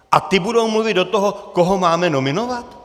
A ti budou mluvit do toho, koho máme nominovat?